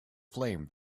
flame